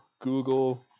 Google